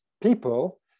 people